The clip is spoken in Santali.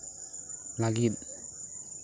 ᱞᱟᱹᱜᱤᱫ